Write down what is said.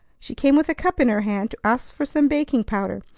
she came with a cup in her hand to ask for some baking-powder,